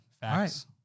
Facts